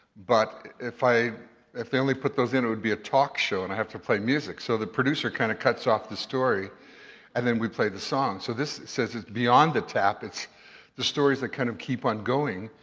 but if they only put those in, it would be a talk show and i have to play music, so the producer kind of cuts off the story and then we play the song. so this says it's beyond the tap, it's the stories that kind of keep on going.